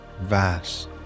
vast